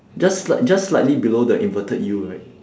just slight~ just slightly below the inverted U right